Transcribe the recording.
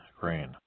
grain